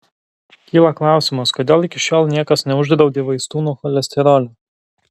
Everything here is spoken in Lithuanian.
kyla klausimas kodėl iki šiol niekas neuždraudė vaistų nuo cholesterolio